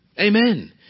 Amen